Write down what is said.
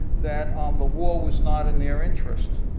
that um the war was not in their interest.